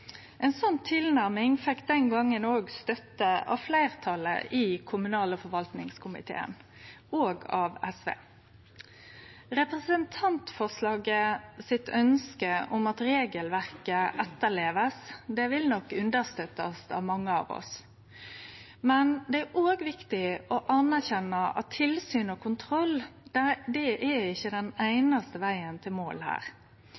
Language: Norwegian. tilnærming fekk den gongen støtte av fleirtalet i kommunal- og forvaltningskomiteen, òg av SV. Ønsket i representantforslaget om at regelverket blir etterlevd, vil nok understøttast av mange av oss. Men det er òg viktig å anerkjenne at tilsyn og kontroll ikkje er den einaste vegen til målet her.